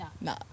no